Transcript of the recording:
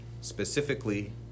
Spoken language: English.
specifically